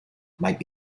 might